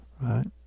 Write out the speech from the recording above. right